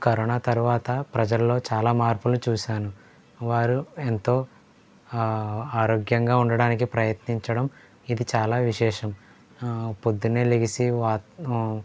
corona తరువాత ప్రజల్లో చాలా మార్పులని చూసాను వారు ఎంతో ఆరోగ్యంగా ఉండటానికి ప్రయత్నించడం ఇది చాలా విశేషం పొద్దున్నే లేచి వాక్